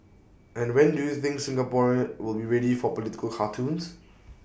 and when do you think Singaporean will be ready for political cartoons